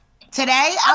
today